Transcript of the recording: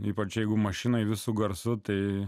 ypač jeigu mašina visu garsu tai